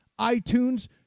iTunes